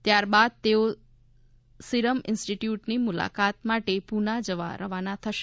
ત્યાર બાદ તેઓ સિરમ ઇન્સ્ટિટયૂટની મુલાકાતમાટે પૂના જવા રવાના થશે